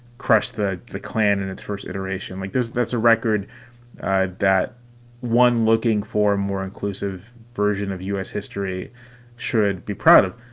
crush the the klan in its first iteration, like there's that's a record that one looking for a more inclusive version of u s. history should be proud of.